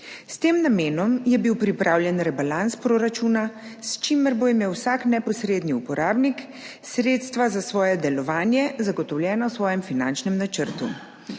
S tem namenom je bil pripravljen rebalans proračuna, s čimer bo imel vsak neposredni uporabnik sredstva za svoje delovanje zagotovljena v svojem finančnem načrtu.